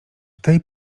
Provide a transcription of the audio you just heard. tej